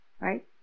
right